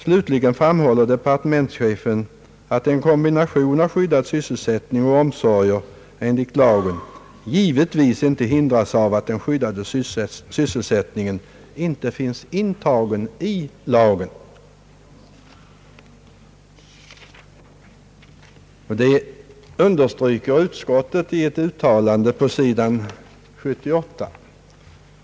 Slutligen framhåller departementschefen, att en kombination av skyddad sysselsättning och omsorger enligt lagen givetvis inte hindras av att den skyddade sysselsättningen inte finns upptagen i lagen.» Detta understryker utskottet i ett uttalande på s. 78.